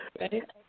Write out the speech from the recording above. Right